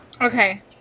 Okay